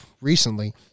recently